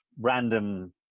random